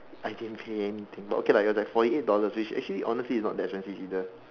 I didn't pay anything but okay lah it was like forty eight dollars which actually honestly it's not that expensive either